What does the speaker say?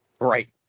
Right